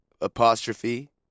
Apostrophe